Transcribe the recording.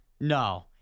No